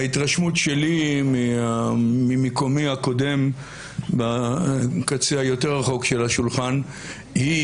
ההתרשמות שלי ממקומי הקודם בקצה היותר רחוק של השולחן היא